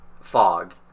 fog